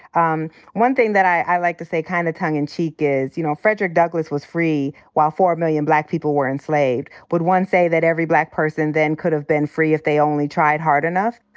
um one thing that i like to say kinda kind of tongue in cheek is, you know, frederick douglass was free while four million black people were enslaved. would one say that every black person then could've been free if they only tried hard enough?